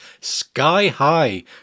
sky-high